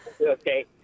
Okay